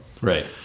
Right